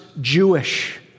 Jewish